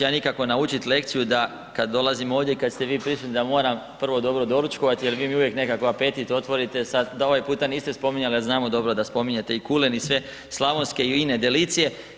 Ja nikako naučiti lekciju da kada dolazim ovdje kada ste vi prisutni da moram prvo dobro doručkovat jer mi uvijek nekakav apetit otvorite, sada ovaj puta niste spominjali ali znamo dobro da spominjete i kulen i sve slavonske i ine delicije.